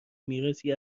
میراثی